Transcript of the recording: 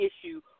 issue